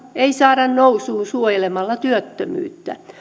ei saada nousuun suojelemalla työttömyyttä